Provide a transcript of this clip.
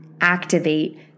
activate